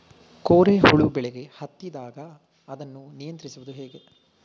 ಕೋರೆ ಹುಳು ಬೆಳೆಗೆ ಹತ್ತಿದಾಗ ಅದನ್ನು ನಿಯಂತ್ರಿಸುವುದು ಹೇಗೆ?